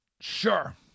Sure